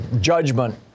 judgment